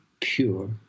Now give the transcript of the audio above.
pure